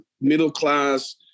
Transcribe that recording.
middle-class